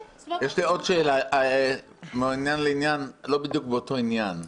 יש לי עוד שאלה מעניין לעניין לא בדיוק באותו עניין: